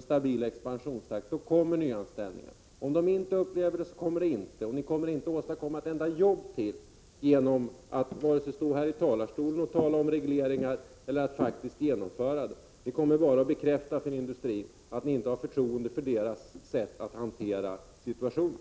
stabil expansion kommer nyanställningar. Om industrin inte upplever expansion kommer inga nyanställningar, och ni kommer inte att åstadkomma ett enda jobb vare sig genom att stå här i talarstolen och tala om regleringar eller genom att faktiskt genomföra dessa. Då kommer detta att bekräfta för industrin att ni inte har förtroende för det sätt på vilket man inom industrin hanterar situationen.